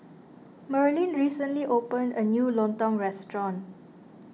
Merlin recently opened a new Lontong restaurant